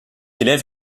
élève